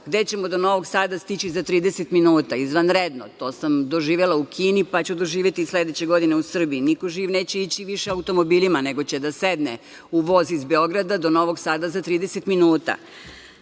gde ćemo do Novog Sada stići za 30 minuta. Izvanredno, to sam doživela u Kini, pa ću doživeti i sledeće godine u Srbiji. Niko živ više neće ići automobilima, nego će da sedne u voz iz Beograda i do Novog Sada za 30 minuta. Što